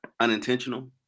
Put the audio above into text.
unintentional